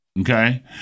Okay